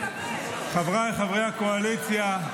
חבריי חברי הקואליציה,